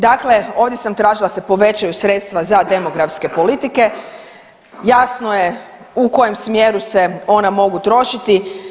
Dakle, ovdje sam tražila da se povećaju sredstva za demografske politike, jasno je u kojem smjeru se ona mogu trošiti.